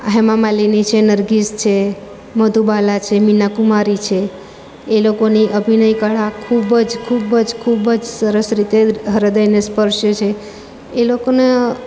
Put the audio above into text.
હેમા માલિની છે નરગિસ છે મધુ બાલા છે મિના કુમારી છે એ લોકોની અભિનય કળા ખૂબ જ ખૂબ જ ખૂબ જ સરસ રીતે હ્રદયને સ્પર્શે છે એ લોકોના